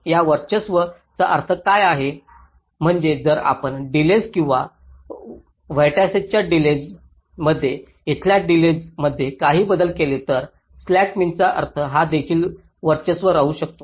या वर्चस्व चा अर्थ काय आहे म्हणजे जर आपण डिलेज किंवा व्हर्टिसिसच्या डिलेज नात इथल्या डिलेज त काही बदल केले तर स्लॅक मीनचा अर्थ हा देखील वर्चस्व राखू शकतो